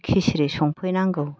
खिसिरि संफैनांगौ